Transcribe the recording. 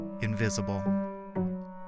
invisible